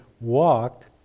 walk